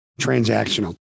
transactional